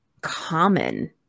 common